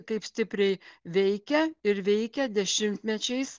kaip stipriai veikia ir veikia dešimtmečiais